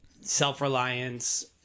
self-reliance